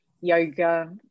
yoga